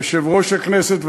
יושב-ראש הכנסת,